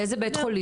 איזה בית חולים?